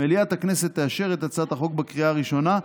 מליאת הכנסת תאשר את הצעת החוק בקריאה ראשונה,